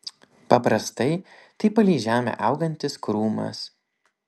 paprastai tai palei žemę augantis krūmas